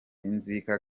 inzika